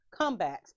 comebacks